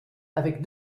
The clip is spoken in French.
avec